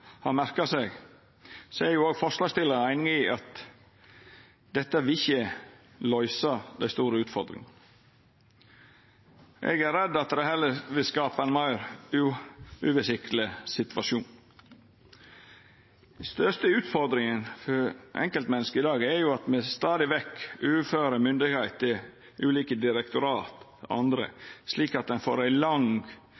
i at dette ikkje vil løysa dei store utfordringane. Eg er redd for at det heller vil skapa ein meir uoversiktleg situasjon. Den største utfordringa for enkeltmenneske i dag er jo at me stadig vekk overfører myndigheit til ulike direktorat